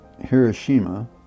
Hiroshima